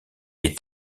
est